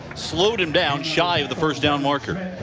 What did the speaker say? slowed him down shy of the first down marker.